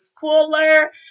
fuller